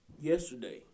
yesterday